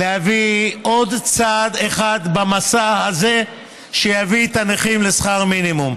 להביא עוד צעד אחד במסע הזה שיביא את הנכים לשכר מינימום.